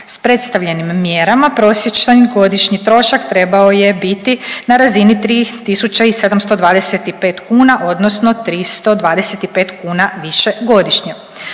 S predstavljenim mjerama prosječan godišnji trošak trebao je biti na razini 3.725 kuna odnosno 325 kuna više godišnje.